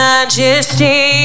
Majesty